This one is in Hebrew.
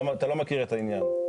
אתה לא מכיר את העניין?